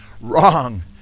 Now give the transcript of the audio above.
wrong